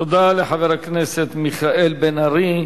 תודה לחבר הכנסת מיכאל בן-ארי.